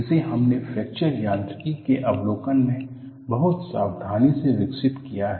इसे हमने फ्रैक्चर यांत्रिकी के अवलोकन में बहुत सावधानी से विकसित किया है